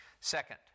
Second